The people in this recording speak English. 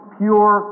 pure